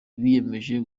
biyemeje